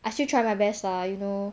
I still tried my best lah you know